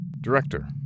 Director